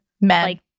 men